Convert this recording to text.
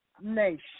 nation